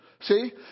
See